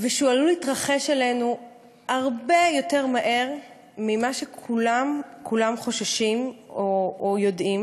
ושהוא עלול להתרחש הרבה יותר ממה שכולם כולם חוששים או יודעים,